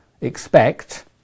expect